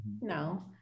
No